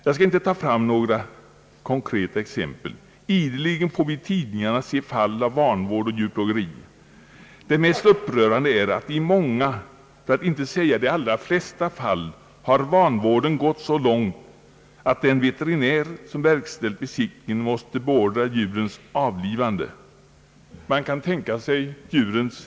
Jag skall inte ta fram några exempel. Ideligen får vi i tidningarna se om fall av vanvård och djurplågeri. Det mest upprörande är att i många, för att inte säga de flesta fall har vanvården gått så långt att den veterinär, som verkställt besiktningen, måst beordra djurens avlivande.